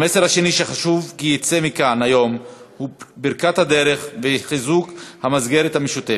המסר השני שחשוב כי יצא מכאן היום הוא ברכת הדרך וחיזוק המסגרת המשותפת.